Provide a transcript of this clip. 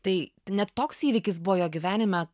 tai net toks įvykis buvo jo gyvenime